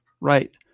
Right